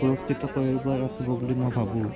সুৰক্ষিত কৰিব ৰাখিব বুলি মই ভাবোঁ